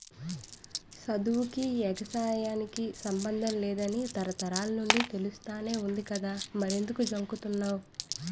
సదువుకీ, ఎగసాయానికి సమ్మందం లేదని తరతరాల నుండీ తెలుస్తానే వుంది కదా మరెంకుదు జంకుతన్నావ్